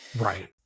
Right